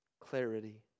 clarity